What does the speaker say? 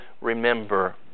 remember